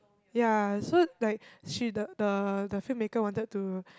ya so like she the the the film maker wanted to